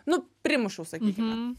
nu primušiau sakykime